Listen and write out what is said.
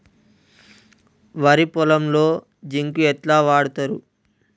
వరి పొలంలో జింక్ ఎట్లా వాడుతరు?